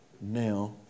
now